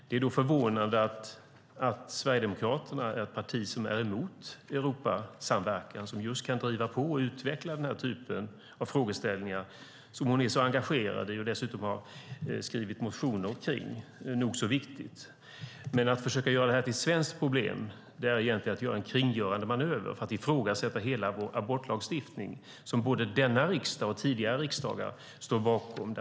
Det är då förvånande att Sverigedemokraterna är ett parti som är emot Europasamverkan som just kan driva på och utveckla denna typ av frågeställningar som hon är så engagerad i och dessutom har skrivit motioner om, vilket är nog så viktigt. Men att försöka göra detta till ett svenskt problem är egentligen att göra en manöver för att ifrågasätta hela vår abortlagstiftning som både denna riksdag och tidigare riksdagar står bakom.